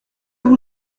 vous